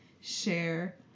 share